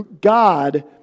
God